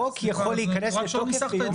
אבל אי אפשר, חוק יכול להיכנס לתוקף ביום מסוים.